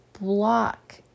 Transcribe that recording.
block